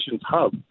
hub